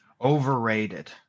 Overrated